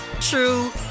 true